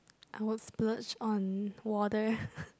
I would splurge on water